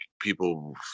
people